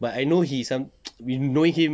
but I know he some I mean knowing him